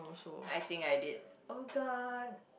I think I did oh-God